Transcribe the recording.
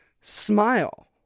smile